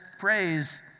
phrase